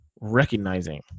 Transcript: recognizing